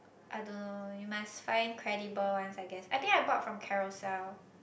I don't know you must find credible ones I guess I think I bought from Carousell